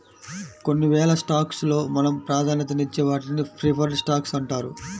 కొన్ని వేల స్టాక్స్ లో మనం ప్రాధాన్యతనిచ్చే వాటిని ప్రిఫర్డ్ స్టాక్స్ అంటారు